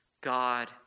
God